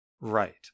Right